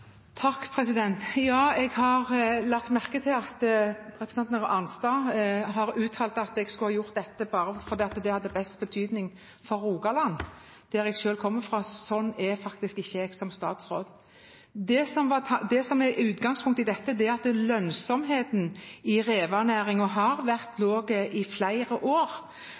Jeg har lagt merke til at representanten Arnstad har uttalt at jeg skal ha gjort dette fordi det hadde best betydning for Rogaland, der jeg selv kommer fra. Slik er jeg ikke som statsråd. Det som er utgangspunktet for dette, er at lønnsomheten i revenæringen har vært lav i flere år.